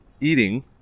eating